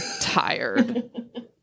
tired